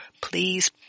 Please